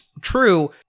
true